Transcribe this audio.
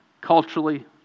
culturally